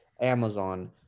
Amazon